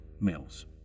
Mills